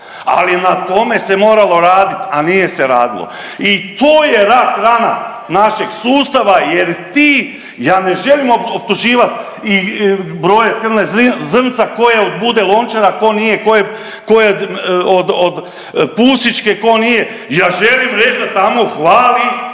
ali na tome se moralo radit, a nije se radilo i to je rak rana našeg sustava jer ti, ja ne želim optuživat i brojat krvna zrnca ko je od Bude Lončara, ko nije, ko je, ko je od, od Pusićke, ko nije, ja želim reć da tamo fali,